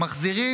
מחזירים,